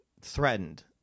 threatened